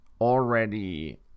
already